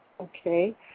Okay